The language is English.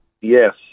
Yes